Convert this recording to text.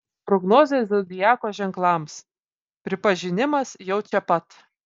prognozė zodiako ženklams pripažinimas jau čia pat